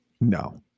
No